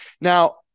now